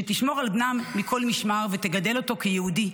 שתשמור על בנם מכל משמר ותגדל אותו כיהודי,